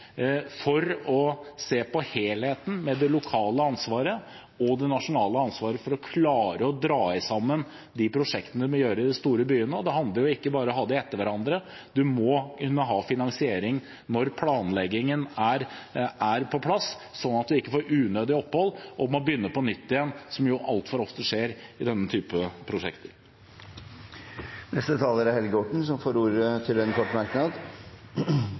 for å se på helheten – ut fra det lokale og det nasjonale ansvaret – for å klare å dra sammen de prosjektene vi må ha i de store byene. Det handler ikke bare om å ha dem etter hverandre. En må ha finansiering når planleggingen er på plass, slik at en ikke får unødig opphold og må begynne på nytt igjen – som jo skjer altfor ofte med denne typen prosjekter. Representanten Helge Orten har hatt ordet to ganger tidligere og får ordet til en kort merknad,